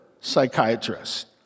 psychiatrist